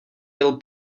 byl